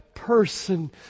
person